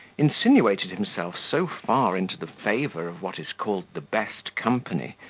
insinuated himself so far into the favour of what is called the best company,